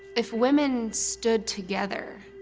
if women stood together,